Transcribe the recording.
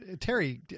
Terry